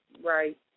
right